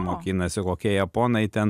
mokinasi kokie japonai ten